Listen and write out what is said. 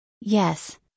Yes